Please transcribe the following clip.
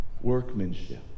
Workmanship